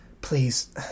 Please